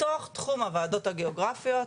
בתוך תחום הוועדות הגיאוגרפיות,